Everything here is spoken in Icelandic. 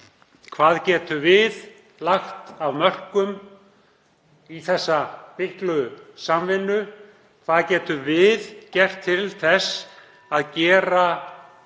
Hvað getum við lagt af mörkum í þessa miklu samvinnu? Hvað getum við gert til þess (Forseti